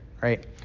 right